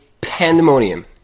pandemonium